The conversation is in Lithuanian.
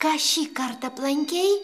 ką šį kart aplankei